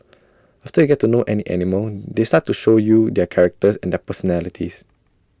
after you get to know any animal they start to show you their characters and their personalities